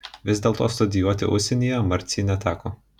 vis dėlto studijuoti užsienyje marcei neteko